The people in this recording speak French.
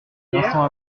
l’instant